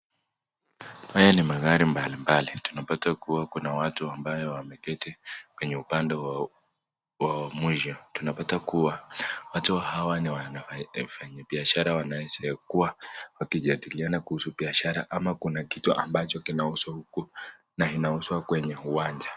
Haya ni magari mbalimbali tunapata kuwa kuna watu ambao wameketi kwenye upande wa wa mwisho. Tunapata kuwa watu hawa ni wafanyabiashara wanaweza kuwa wakijadiliana kuhusu biashara ama kuna kitu ambacho kinahuswa huku na inahuswa kwenye uwanja.